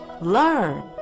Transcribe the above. Learn